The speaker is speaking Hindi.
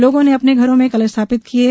लोगों ने अपने घरों में कलश स्थापित किए हैं